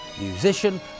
musician